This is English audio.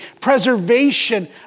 Preservation